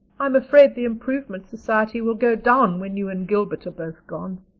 i'm afraid the improvement society will go down when you and gilbert are both gone,